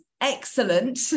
excellent